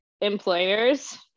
employers